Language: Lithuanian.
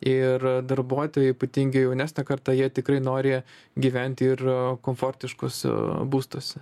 ir darbuotojai ypatingai jaunesnė karta jie tikrai nori gyventi ir komfortiškus būstuose